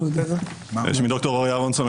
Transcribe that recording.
שמי ד"ר אורי אהרונסון.